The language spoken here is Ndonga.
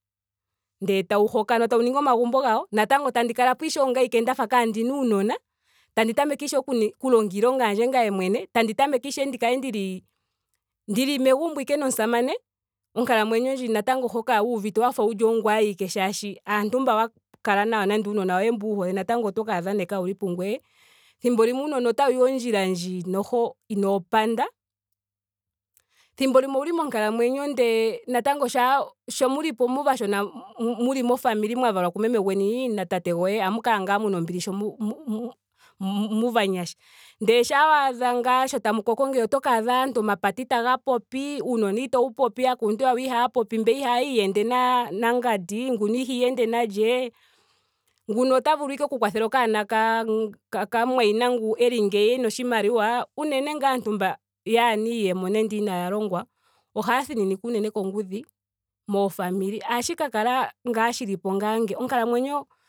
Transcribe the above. Ndele tau hokanwa tawu ningi omagumbo gawo. natango tandi kalapo ishewe ongame awike ndafa kaandina uunona. tandi tameke ishewe oku longa iilonga yandje ngame mwene. tandi tameke ishewe ndi kale ndili ndili megumbo ashike nomusamane. onkalamwenyo ndji hu kala wuuvite wafa wuli ongoye awike. molwaashoka aantu mba wa kala nayo nando aanona woye wmbu wu hole oto kaadha nee waaheli pungoye. thimbo limwe uunona otawuyi ondjila ndji noho inoo panda. thimbo limwe ouli monkalamwenyo ndele natango shampa sho mulipo aashona muli mo family mwa valwa ku meme gweni na tate goye. ohamu kala ngaa muna ombili sho mu- mu- muli aagundjuka. Ndele shampa waadha sho tamu koko ngeya otokaadha aantu omazimo itaga popi. uunona itawu popi. aakuluntu yawo ihaya popi. mbeya ihaya iyende na- nangandi. nguno iha iyende nalye. nguno ota vulu ashike oku kwathela okanona ka- ka- kamumwayina ngu eli ngeyi ena oshimaliwa. unene ngaa aantu mba yaana iiyemo nenge inaaya longwa ohaya thininikwa unene kongudhi moofamily. Ohashi ka kala shilipo ngaa nge. onkalamwenyo